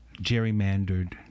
gerrymandered